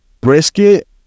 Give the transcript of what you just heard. brisket